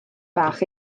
bach